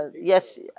Yes